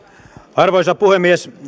arvoisa puhemies